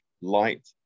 light